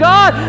God